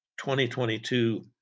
2022